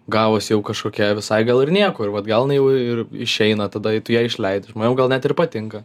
gavos jau kažkokia visai gal ir nieko ir vat gal jinai jau ir išeina tada ją išleidi ir man jau gal net ir patinka